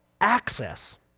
access